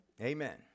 Amen